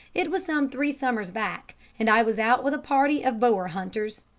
it was some three summers back, and i was out with a party of boer hunters.